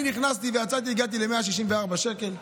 אני נכנסתי ויצאתי והגעתי ל-162 שקל.